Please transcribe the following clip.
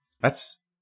That's-